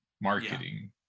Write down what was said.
marketing